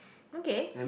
okay